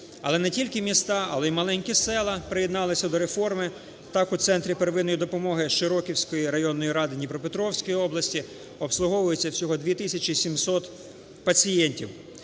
але не тільки міста, але і маленькі села приєдналися до реформи. Так, у центрі первинної допомоги Широківської районної ради в Дніпропетровській області обслуговується всього 2 тисячі 700 пацієнтів.